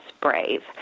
brave